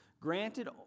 granted